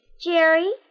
Jerry